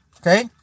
Okay